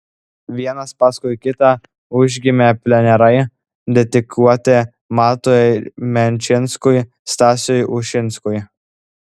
vienas paskui kitą užgimė plenerai dedikuoti matui menčinskui stasiui ušinskui